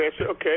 okay